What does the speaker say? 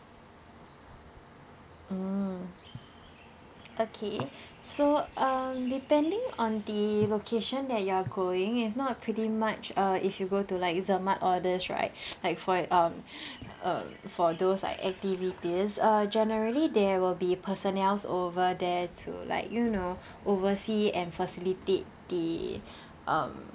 mm okay so um depending on the location that you are going if not pretty much uh if you go to like all this right like for um uh for those like activities uh generally there will be personnels over there to like you know oversee and facilitate the um